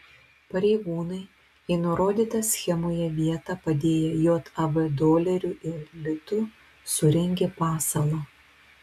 pareigūnai į nurodytą schemoje vietą padėję jav dolerių ir litų surengė pasalą